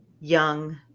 young